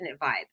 vibe